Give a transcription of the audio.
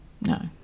No